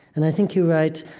and i think you're right.